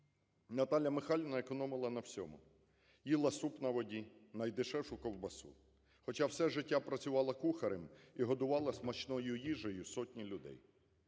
Наталя Михайлівна економила на всьому: їла суп на воді, найдешевшу ковбасу, хоча все життя працювала кухарем і годувала смачною їжею сотні людей;